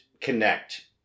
connect